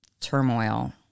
turmoil